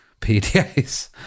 PDAs